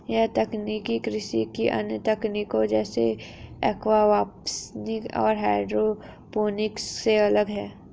यह तकनीक कृषि की अन्य तकनीकों जैसे एक्वापॉनिक्स और हाइड्रोपोनिक्स से अलग है